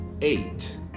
eight